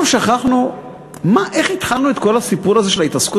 אנחנו שכחנו איך התחלנו את כל הסיפור הזה של ההתעסקות